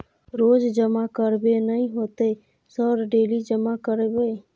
रोज जमा करबे नए होते सर डेली जमा करैबै?